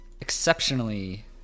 exceptionally